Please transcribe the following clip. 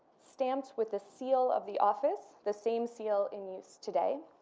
stamped with the seal of the office, the same seal in use today,